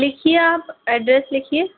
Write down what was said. लिखिए आप एड्रेस लिखिए